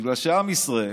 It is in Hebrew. בגלל שעם ישראל